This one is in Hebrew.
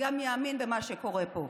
יאמין למה שקורה פה.